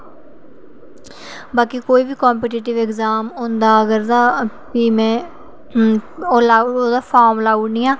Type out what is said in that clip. बाकी कोई बी कंपीटैटिव एग्ज़ाम अगर होंदा तां ते भी में ओह्दा फॉर्म लाई ओड़नी आं